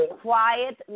quiet